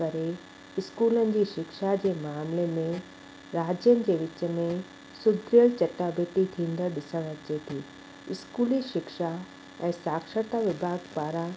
करे स्कूलनि जी शिक्षा जे मामिले में राज्यनि जे विच में सुभ्य चटाभेटी थींदड़ ॾिसण अचे थी स्कूली शिक्षा ऐं साक्षरता विभाग पारां